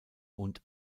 und